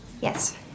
Yes